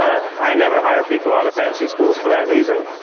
i never hire people out of fancy schools for that reason.